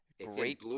Great